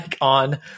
on